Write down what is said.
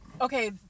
Okay